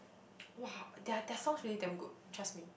!wah! their their songs really damn good trust me